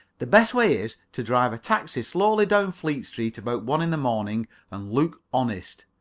the best way is to drive a taxi slowly down fleet street about one in the morning and look honest.